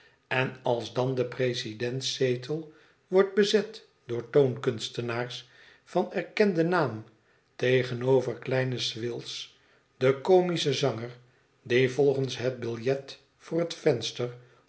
en alsdan de presidentszetél wordt bezet door toonkunstenaars van erkenden naam tegenover kleinen swills den comischen zanger die volgens het biljet voor het venster